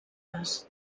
les